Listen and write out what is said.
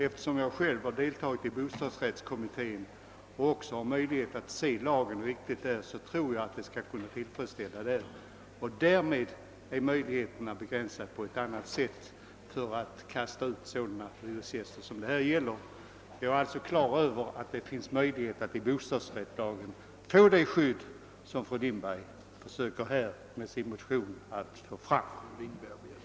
Eftersom jag själv har deltagit i bostadsrättskommitténs arbete tror jag dock jag kan säga att lagen kommer att tillgodose fru Lindbergs krav, då ju möjligheterna att kasta ut sådana hyresgäster som det gäller här blir begränsade på ett annat sätt än enligt nuvarande lagstiftning. Vi får alltså genom bostadsrättslagen troligen det skydd som fru Lindberg har velat åstadkomma med sin motion.